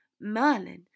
Merlin